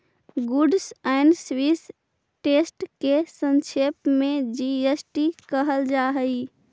goods and service test के संक्षेप में जी.एस.टी कहल जा हई